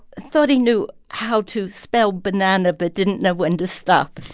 thought he knew how to spell banana, but didn't know when to stop.